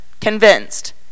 convinced